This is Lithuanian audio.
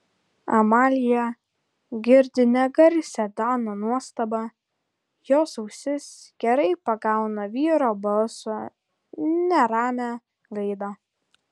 amalija girdi negarsią dano nuostabą jos ausis gerai pagauna vyro balso neramią gaidą